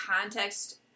context